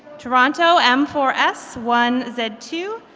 toronto, m four s one z two.